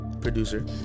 producer